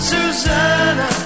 Susanna